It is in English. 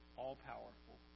all-powerful